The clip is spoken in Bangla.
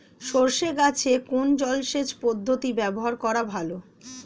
সরষে গাছে কোন জলসেচ পদ্ধতি ব্যবহার করা ভালো?